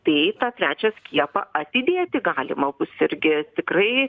tai trečią skiepą atidėti galima bus irgi tikrai